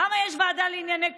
למה יש ועדה לענייני קורונה?